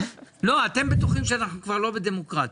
לא, אתם בטוחים שאנחנו כבר לא בדמוקרטיה.